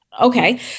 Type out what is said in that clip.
Okay